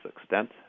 extent